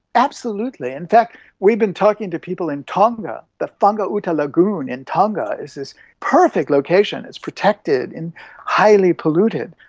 absolutely. in fact we've been talking to people in tonga, the fanga'uta lagoon in tonga is this perfect location, it's protected and highly polluted.